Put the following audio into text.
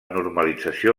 normalització